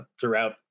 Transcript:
throughout